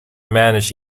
manage